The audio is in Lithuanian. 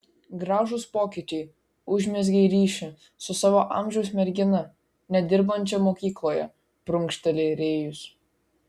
gražūs pokyčiai užmezgei ryšį su savo amžiaus mergina nedirbančia mokykloje prunkšteli rėjus